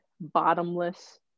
bottomless